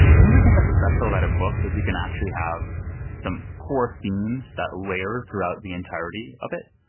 i think the thing that's special about a book is you can actually have some core themes that layer throughout the entirety of it.